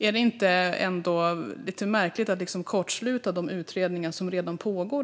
Är det inte lite märkligt att kortsluta de utredningar som redan pågår?